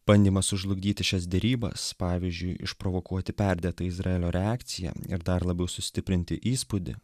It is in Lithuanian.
bandymas sužlugdyti šias derybas pavyzdžiui išprovokuoti perdėtą izraelio reakciją ir dar labiau sustiprinti įspūdį